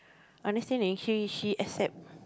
understanding she she accept